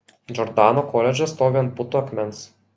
džordano koledžas stovi ant putų akmens